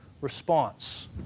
response